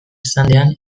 standean